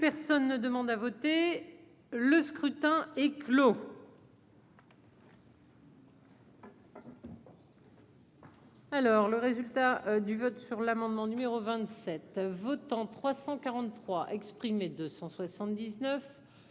personne ne demande à voter, le scrutin est clos. Alors le résultat du vote sur l'amendement numéro 27 Votants 343 exprimés 279